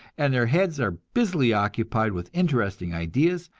and their heads are busily occupied with interesting ideas.